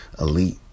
elite